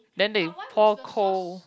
then they pour cold